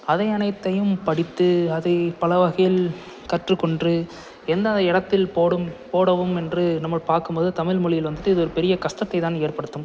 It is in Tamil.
அதை அனைத்தையும் படித்து அதை பலவகையில் கற்றுக்கொண்டு எந்தெந்த இடத்தில் போடும் போடவும் என்று நம்ம பாக்கும் போது தமிழ் மொழியில வந்துட்டு இது பெரிய கஷ்டத்தை தான் ஏற்படுத்தும்